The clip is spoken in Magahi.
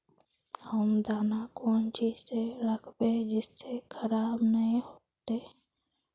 हम दाना कौन चीज में राखबे जिससे खराब नय होते?